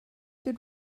good